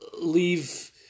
leave